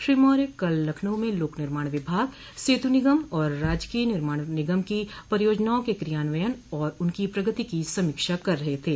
श्री मौर्य कल लखनऊ में लोक निर्माण विभाग सेतु निगम और राजकीय निर्माण निगम की परियोजनाओं के क्रियान्वयन एवं उनकी प्रगति की समीक्षा कर रहे थे